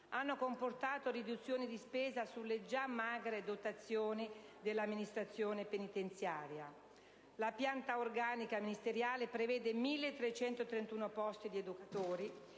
hanno comportato riduzioni di spesa sulle già magre dotazioni dell'amministrazione penitenziaria. La pianta organica ministeriale prevede 1.331 posti di educatore